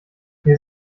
mir